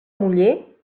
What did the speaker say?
muller